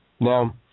Now